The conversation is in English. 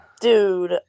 Dude